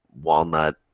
walnut